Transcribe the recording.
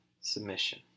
submission